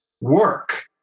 work